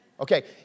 Okay